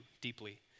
deeply